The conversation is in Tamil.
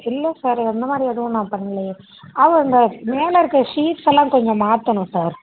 இல்லை சார் அந்தமாதிரி எதுவும் நான் பண்ணலையே ஆ அந்த மேலே இருக்க ஷீட்ஸ்ஸெல்லாம் கொஞ்சம் மாற்றணும் சார்